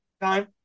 time